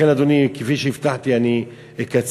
לכן, אדוני, כפי שהבטחתי, אני אקצר.